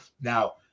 Now